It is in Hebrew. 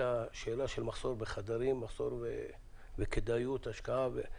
השאלה של מחסור בחדרים וכדאיות השקעה.